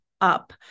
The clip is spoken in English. up